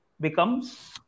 becomes